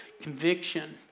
conviction